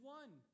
one